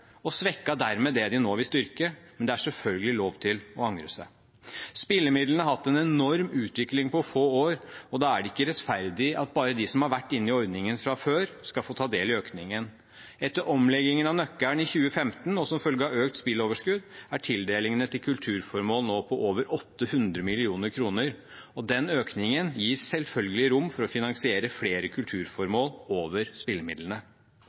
og svekket dermed det de nå vil styrke, men det er selvfølgelig lov å angre seg. Spillemidlene har hatt en enorm utvikling på få år, og da er det ikke rettferdig at bare de som har vært inne i ordningen fra før, skal få ta del i økningen. Etter omleggingen av tippenøkkelen i 2015 og som følge av økte spilleoverskudd, er tildelingene til kulturformål nå på over 800 mill. kr. Økningen gir selvfølgelig rom for å finansiere flere kulturformål over